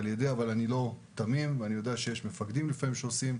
אני לא תמים ויודע שיש מפקדים שעושים,